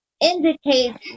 indicates